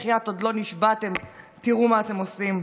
בחייאת, עוד לא נשבעתם, תראו מה אתם עושים.